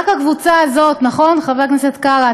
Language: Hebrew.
רק הקבוצה הזאת, נכון, חבר הכנסת קרא?